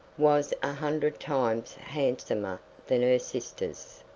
was a hundred times handsomer than her sisters,